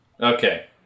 Okay